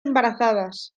embarazadas